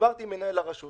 דיברתי עם מנהל הרשות